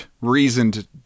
reasoned